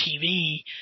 tv